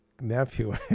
nephew